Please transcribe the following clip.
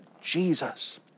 Jesus